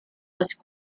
was